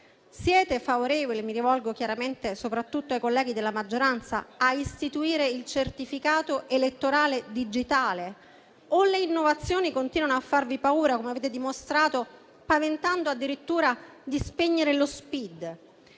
Siete favorevoli - mi rivolgo, chiaramente, soprattutto ai colleghi della maggioranza - a istituire il certificato elettorale digitale o le innovazioni continuano a farvi paura, come avete dimostrato paventando addirittura di "spegnere" lo SPID?